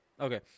Okay